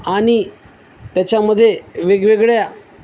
आणि त्याच्यामध्ये वेगवेगळ्या